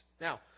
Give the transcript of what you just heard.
Now